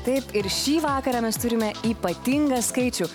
taip ir šį vakarą mes turime ypatingą skaičių